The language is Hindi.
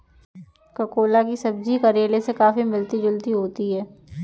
ककोला की सब्जी करेले से काफी मिलती जुलती होती है